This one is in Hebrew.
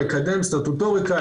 לקדם סטטוטוריקה,